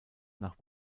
nach